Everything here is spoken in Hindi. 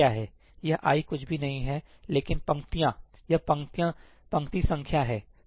यह i कुछ भी नहीं है लेकिन पंक्तियाँ यह पंक्ति संख्या हैसही